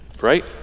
right